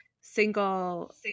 single